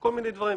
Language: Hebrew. כל מיני דברים.